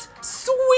sweet